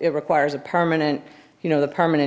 it requires a permanent you know the permanent